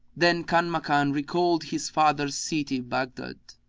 then kanmakan recalled his father's city baghdad,